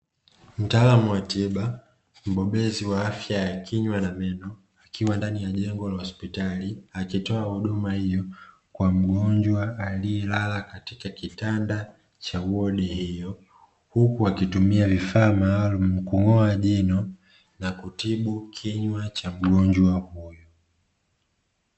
Mtaalamu wa tiba mbobezi wa afya ya kinywa na meno akiwa ndani ya jengo la hospitali akitoa huduma hiyo kwa mgonjwa aliyelala katika kitanda cha wodi hiyo, huku wakitumia vifaa maalumu kung'oa jino na kutibu kinywa cha mgonjwa huyo.